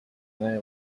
their